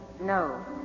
No